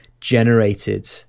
generated